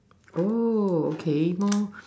oh okay more